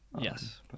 Yes